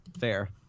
Fair